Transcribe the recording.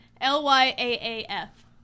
L-Y-A-A-F